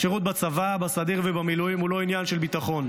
אך שירות בצבא בסדיר ובמילואים הוא לא עניין של ביטחון,